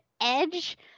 edge